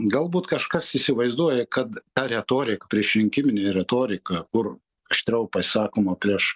galbūt kažkas įsivaizduoja kad ta retorik priešrinkiminė retorika kur aštriau pasisakoma prieš